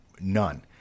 none